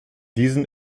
diesen